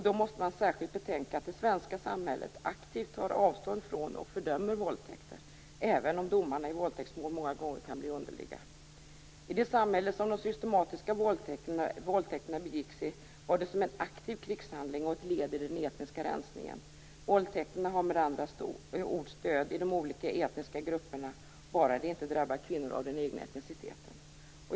Då måste man särskilt betänka att det svenska samhället aktivt tar avstånd från och fördömer våldtäkter, även om domarna i våldtäktsmål många gånger kan bli underliga. I de samhällen där de systematiska våldtäkterna begicks var det som en aktiv krigshandling och ett led i den etniska rensningen. Våldtäkterna har med andra ord stöd i de olika etniska grupperna, bara det inte drabbar kvinnor av den egna etniciteten.